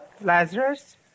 Lazarus